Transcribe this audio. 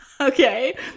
Okay